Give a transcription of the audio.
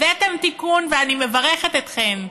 הבאתם תיקון, ואני מברכת אתכם,